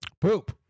Poop